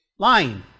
lying